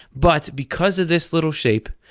but because of this little shape,